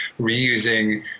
reusing